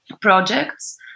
projects